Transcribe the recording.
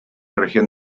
región